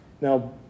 Now